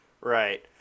right